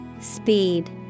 Speed